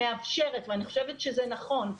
ואני חושבת שזה נכון.